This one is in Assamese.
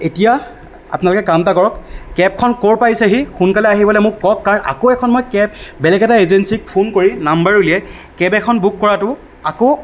এতিয়া আপোনালোকে কাম এটা কৰক কেবখন ক'ৰ পাইছেহি সোনকালে আহিবলৈ মোক কওক কাৰণ আকৌ এখন মই কেব বেলেগ এটা এজেঞ্চীক ফোন কৰি নাম্বাৰ উলিয়াই কেব এখন বুক কৰাটো আকৌ